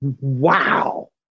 wow